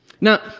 Now